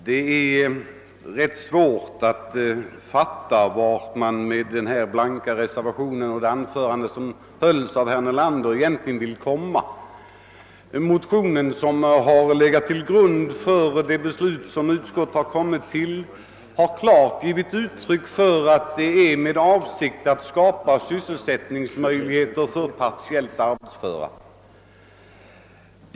Herr talman! Det är svårt att förstå vad som egentligen är avsikten med den blanka reservationen och med det anförande som hållits av herr Nelander. Den motion som legat till grund för utskottets ställningstagande har klart givit uttryck för en önskan att skapa sysselsättningsmöjligheter för partiellt arbetsföra.